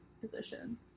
position